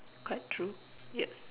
quite true yes